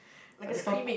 for the purp~